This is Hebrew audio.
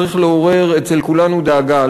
צריך לעורר אצל כולנו דאגה.